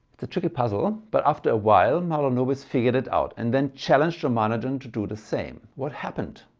it's a tricky puzzle but after a while mahalanobis figured it out and then challenged ramanujan to do the same. what happened?